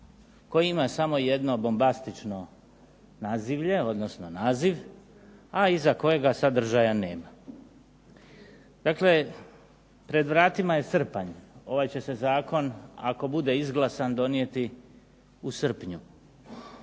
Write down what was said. koji ima samo jedno bombastično nazivlje, odnosno naziv, a iza kojega sadržaja nema. Dakle, pred vratima je srpanj. Ovaj će se zakon ako bude izglasan donijeti u srpnju.